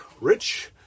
Rich